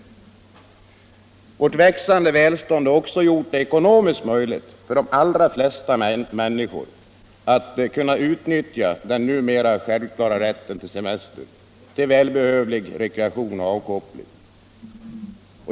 gor Vårt växande välstånd har också gjort det ekonomiskt möjligt för de allra flesta människor att utnyttja semestern — rätten till semester är numera självklar — till välbehövlig rekreation och avkoppling.